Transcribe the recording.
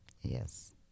Yes